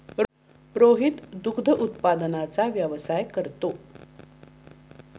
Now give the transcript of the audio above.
रोहित दुग्ध उत्पादनाचा व्यवसाय करतो